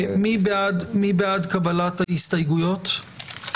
מי בעד קבלת ההסתייגויות?